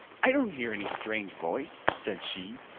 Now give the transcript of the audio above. i don't hear any strange voice, said she.